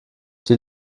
die